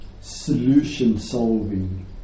solution-solving